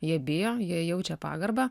jie bijo jie jaučia pagarbą